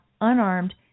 unarmed